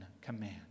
command